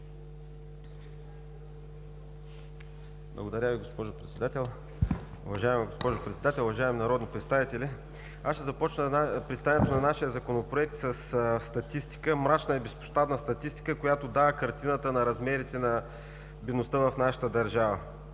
(БСП за България): Уважаема госпожо Председател, уважаеми народни представители! Аз ще започна представянето на нашия Законопроект със статистика – мрачна и безпощадна статистика, която дава картината на размерите на бедността в нашата държава.